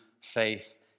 faith